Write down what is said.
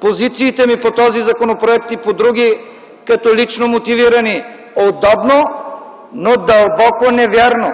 позициите ми по този законопроект и по други като лично мотивирани. Удобно, но дълбоко невярно!